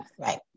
Right